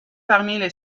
parmi